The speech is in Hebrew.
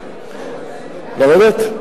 לרדת?